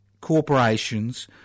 corporations